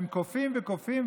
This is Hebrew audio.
הם כופים וכופים,